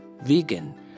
Vegan